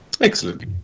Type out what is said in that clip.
Excellent